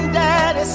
daddy